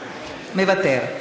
מוותר.